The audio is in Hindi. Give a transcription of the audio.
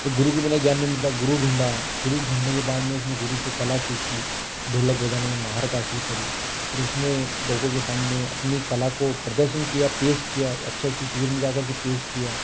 एक गुरु के बिना ज्ञान नहीं मिलता गुरु ढूँढा गुरु ढूँढने के बाद में उसने गुरु से कला सीखी ढोलक बजाने में महारत हासिल करी फिर उसने लोगों के सामने अपनी कला को प्रदर्शन किया पेश किया अच्छे अच्छे शिविर में जा करके पेश किया